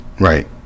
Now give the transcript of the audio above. Right